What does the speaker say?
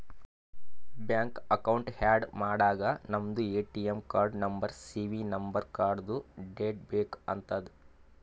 bank account add ಮಾಡಾಗ ನಮ್ದು ATM ಕಾರ್ಡ್ದು ನಂಬರ್ ಸಿ.ವಿ ನಂಬರ್ ಕಾರ್ಡ್ದು ಡೇಟ್ ಬೇಕ್ ಆತದ್